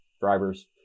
drivers